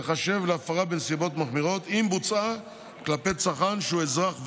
תיחשב להפרה בנסיבות מחמירות אם בוצעה כלפי צרכן שהוא אזרח ותיק,